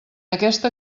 aquesta